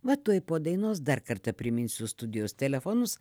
va tuoj po dainos dar kartą priminsiu studijos telefonus